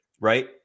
right